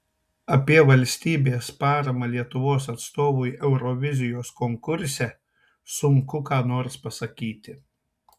apie valstybės paramą lietuvos atstovui eurovizijos konkurse sunku ką nors pasakyti